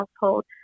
household